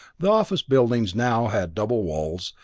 the office buildings now had double walls,